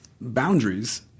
boundaries